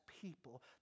people